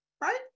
Right